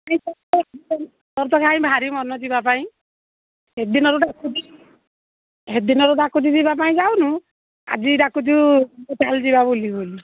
ତୋ'ର୍ ତ କାଇଁ ଭାରି ମନ ଯିବା ପାଇଁ ସେଦିନରୁ ସେଦିନରୁ ଡ଼ାକୁଛି ଯିବା ପାଇଁ ଯାଉନୁ ଆଜି ଡ଼ାକୁଛୁ ଚାଲ୍ ଯିବା ବୁଲି ବୋଲି